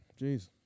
Jeez